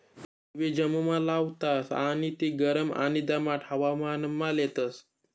kiwi जम्मुमा लावतास आणि ती गरम आणि दमाट हवामानमा लेतस